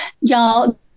y'all